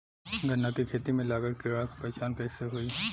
गन्ना के खेती में लागल कीड़ा के पहचान कैसे होयी?